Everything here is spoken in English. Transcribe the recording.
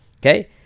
okay